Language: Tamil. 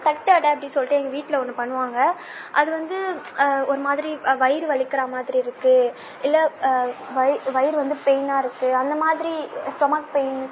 தட்டு அடை அப்படி சொல்லிட்டு எங்கள் வீட்டில் ஒன்று பண்ணுவாங்க அது வந்து ஒரு மாதிரி வயிறு வலிக்கிறாக மாதிரி இருக்கு இல்லை வை வயிறு வந்து பெயின்னா இருக்கு அந்த மாதிரி ஸ்டொமக் பெயின்